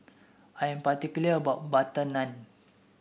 I am particular about butter naan